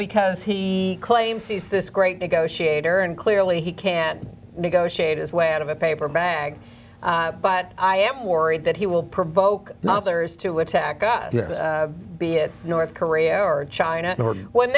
because he claims he is this great negotiator and clearly he can negotiate his way out of a paper bag but i am worried that he will provoke nasr is to attack us be it north korea or china or when